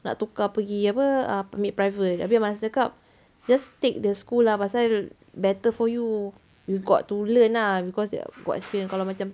nak tukar pergi apa ah permit private tapi abang nasir cakap just take the school lah pasal better for you you got to learn ah because got experience kalau macam